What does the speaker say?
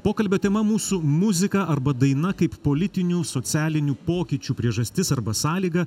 pokalbio tema mūsų muzika arba daina kaip politinių socialinių pokyčių priežastis arba sąlyga